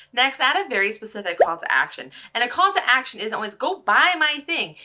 next add a very specific call to action. and a call to action isn't always go buy my thing.